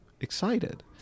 excited